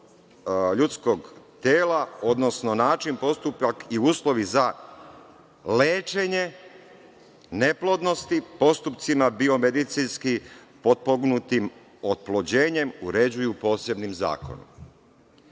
ljudskog tela, odnosno način postupak i uslovi za lečenje neplodnosti postupci biomedicinski potpomognutim oplođenjem uređuju posebnim zakonom.